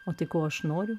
o tai ko aš noriu